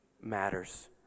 matters